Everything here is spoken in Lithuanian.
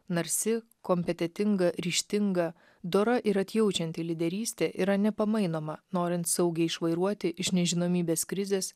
narsi kompetentinga ryžtinga dora ir atjaučianti lyderystė yra nepamainoma norint saugiai išvairuoti iš nežinomybės krizės